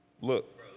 look